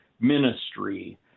ministry